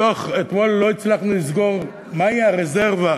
אתמול לא הצלחנו לסגור מהי הרזרבה,